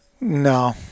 No